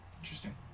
Interesting